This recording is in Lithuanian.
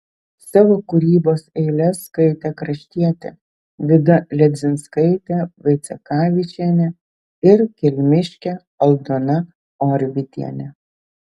savo kūrybos eiles skaitė kraštietė vida ledzinskaitė vaicekavičienė ir kelmiškė aldona orvidienė